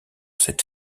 cette